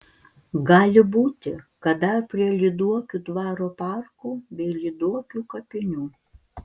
gali būti kad dar prie lyduokių dvaro parko bei lyduokių kapinių